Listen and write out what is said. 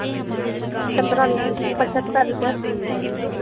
कितना लीटर पचहत्तर लीटर